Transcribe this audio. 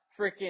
freaking